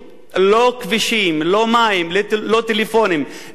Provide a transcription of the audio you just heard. לא כבישים, לא מים, לא טלפונים, לא ביוב,